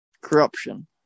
corruption